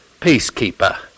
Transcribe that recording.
peacekeeper